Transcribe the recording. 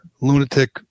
lunatic